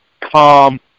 calm